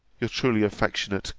your truly affectionate,